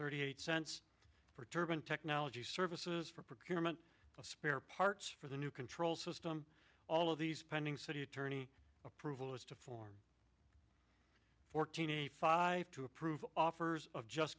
thirty eight cents for durbin technology services for procurement of spare parts for the new control system all of these pending city attorney approval is to for fourteen eighty five to approve offers of just